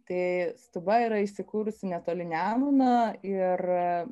tai stuba yra įsikūrusi netoli nemuno ir